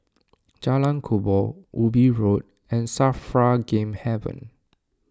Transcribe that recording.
Jalan Kubor Ubi Road and Safra Game Haven